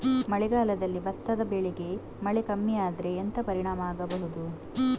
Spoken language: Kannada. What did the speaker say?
ಮಳೆಗಾಲದಲ್ಲಿ ಭತ್ತದ ಬೆಳೆಗೆ ಮಳೆ ಕಮ್ಮಿ ಆದ್ರೆ ಎಂತ ಪರಿಣಾಮ ಆಗಬಹುದು?